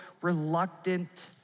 reluctant